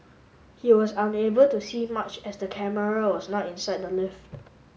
he was unable to see much as the camera was not inside the lift